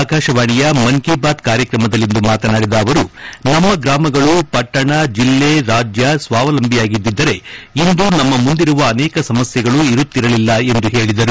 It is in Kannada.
ಆಕಾಶವಾಣಿಯ ಮನ್ ಕಿ ಬಾತ್ ಕಾರ್ಯಕ್ರಮದಲ್ಲಿಂದು ಮಾತನಾಡಿದ ಅವರು ನಮ್ಮ ಗ್ರಾಮಗಳು ಪಟ್ಟಣ ಜೆಲ್ಲೆ ರಾಜ್ಯ ಸ್ವಾವಲಂಬಿಯಾಗಿದ್ದಿದ್ದರೆ ಇಂದು ನಮ್ಮ ಮುಂದಿರುವ ಅನೇಕ ಸಮಸ್ಥೆಗಳು ಇರುತ್ತಿರಲಿಲ್ಲ ಎಂದು ಹೇಳದರು